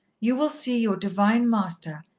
you will see your divine master,